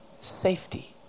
Safety